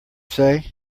say